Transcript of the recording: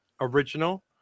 original